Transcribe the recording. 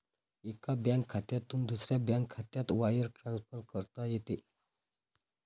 एका बँक खात्यातून दुसऱ्या बँक खात्यात वायर ट्रान्सफर करता येते